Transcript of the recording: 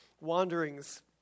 wanderings